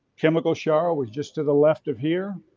chemical shower was just to the left of here.